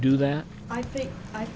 do that i think i